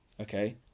okay